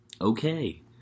Okay